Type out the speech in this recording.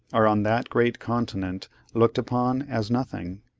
are on that great continent looked upon as nothing.